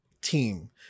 team